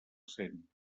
cent